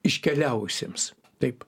iškeliavusiems taip